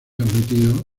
admitido